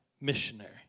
missionary